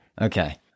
Okay